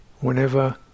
whenever